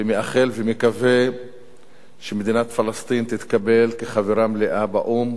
ומאחל ומקווה שמדינת פלסטין תתקבל כחברה מלאה באו"ם